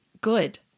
good